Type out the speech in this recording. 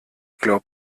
glaub